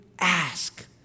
ask